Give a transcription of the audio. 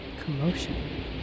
Commotion